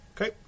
Okay